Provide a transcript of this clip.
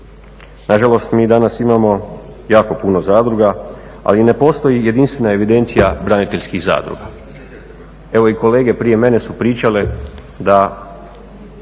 Na žalost mi danas imamo jako puno zadruga, ali ne postoji jedinstvena evidencija braniteljskih zadruga. Evo i kolege prije mene su pričale da